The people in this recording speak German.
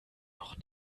noch